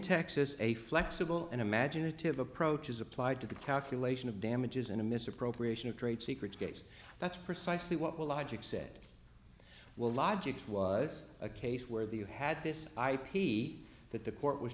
texas a flexible and imaginative approach is applied to the calculation of damages in a misappropriation of trade secrets case that's precisely what will logic said well logics was a case where the you had this i p that the court was